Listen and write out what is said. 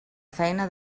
feina